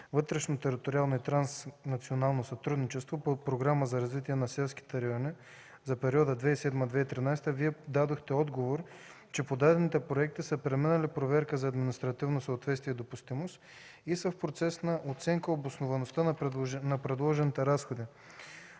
„Вътрешно териториално и транснационално сътрудничество” по Програмата за развитие на селските райони за периода 2007-2013 г. Вие дадохте отговор, че подадените проекти са преминали проверка за административно съответствие и допустимост и са в процес на оценка относно обосноваността на предложените разходи.